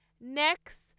Next